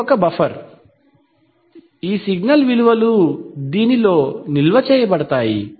ఇది ఒక బఫర్ ఈ సిగ్నల్ విలువలు దీనిలో నిల్వ చేయబడతాయి